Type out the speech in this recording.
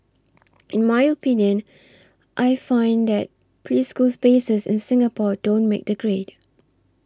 in my opinion I find that preschool spaces in Singapore don't make the grade